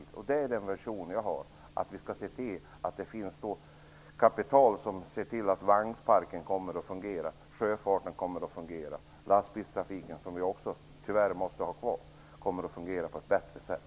Detta är min vision: Vi skall se till att det finns kapital så att vagnparken, sjöfarten och lastbilstrafiken - som vi tyvärr måste ha kvar - skall fungera på ett bättre sätt.